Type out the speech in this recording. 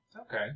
okay